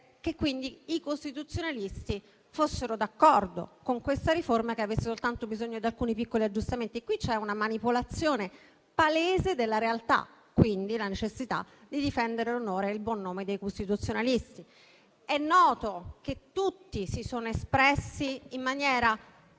che, quindi, i costituzionalisti fossero d'accordo con questa riforma e che questa avesse soltanto bisogno di alcuni piccoli aggiustamenti. Ma qui c'è una manipolazione palese della realtà e, di conseguenza, la necessità di difendere l'onore e il buon nome dei costituzionalisti. È noto che tutti loro si sono espressi in maniera